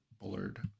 Bullard